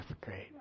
great